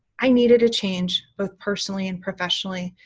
i needed to change both personally and professionally,